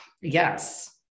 yes